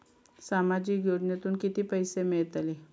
सामाजिक योजनेतून किती पैसे मिळतले?